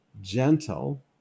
gentle